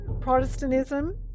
Protestantism